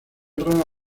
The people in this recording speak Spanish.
guerra